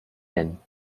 nennen